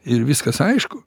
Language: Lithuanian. ir viskas aišku